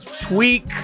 tweak